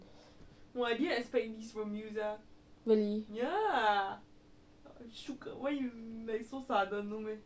really